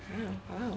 mm !wow!